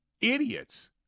idiots